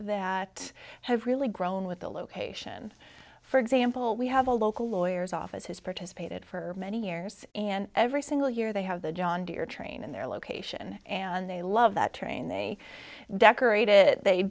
that have really grown with location for example we have a local lawyers office has participated for many years and every single year they have the john deere train and their location and they love that train they decorate it they